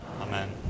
Amen